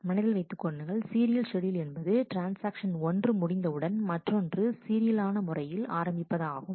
மனதில் வைத்துக் கொள்ளுங்கள் சீரியல் ஷெட்யூல் என்பது ட்ரான்ஸ்ஆக்ஷன் 1 முடிந்தவுடன் மற்றொன்று சீரியல் முறையில் ஆரம்பிப்பது ஆகும்